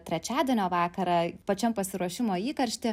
trečiadienio vakarą pačiam pasiruošimo įkaršty